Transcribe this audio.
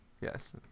Yes